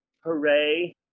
Hooray